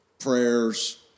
Prayers